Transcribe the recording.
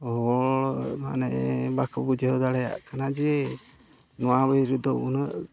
ᱦᱚᱲ ᱢᱟᱱᱮ ᱵᱟᱠᱚ ᱵᱩᱡᱷᱟᱹᱣ ᱫᱟᱲᱮᱭᱟᱜ ᱠᱟᱱᱟ ᱡᱮ ᱱᱚᱣᱟ ᱵᱤᱨ ᱨᱮᱫᱚ ᱩᱱᱟᱹᱜ